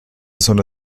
zona